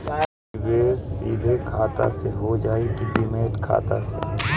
निवेश सीधे खाता से होजाई कि डिमेट खाता से?